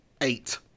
Eight